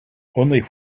only